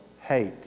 hate